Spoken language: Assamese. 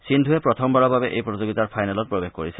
সিন্ধুৰে প্ৰথমবাৰৰ বাবে এই প্ৰতিযোগিতাৰ ফাইনেলত প্ৰৱেশ কৰিছে